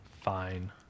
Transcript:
Fine